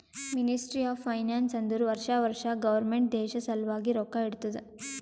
ministry of finance ಅಂದುರ್ ವರ್ಷಾ ವರ್ಷಾ ಗೌರ್ಮೆಂಟ್ ದೇಶ ಸಲ್ವಾಗಿ ರೊಕ್ಕಾ ಇಡ್ತುದ